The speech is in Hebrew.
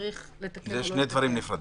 שצריך לתקן --- אלה שני דברים נפרדים,